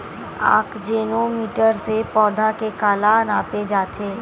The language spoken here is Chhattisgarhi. आकजेनो मीटर से पौधा के काला नापे जाथे?